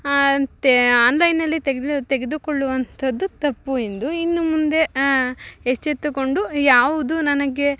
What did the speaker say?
ಆಂತೆ ಆನ್ಲೈನಲ್ಲಿ ತೆಗೆದು ತೆಗೆದುಕೊಳ್ಳುವಂಥದ್ದು ತಪ್ಪು ಎಂದು ಇನ್ನು ಮುಂದೆ ಎಚ್ಚೆತ್ತುಕೊಂಡು ಯಾವುದು ನನಗೆ